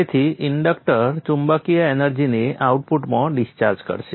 તેથી ઇન્ડક્ટર ચુંબકીય એનર્જીને આઉટપુટમાં ડિસ્ચાર્જ કરશે